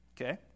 Okay